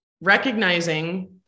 recognizing